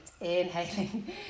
Inhaling